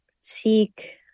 seek